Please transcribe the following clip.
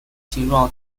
形状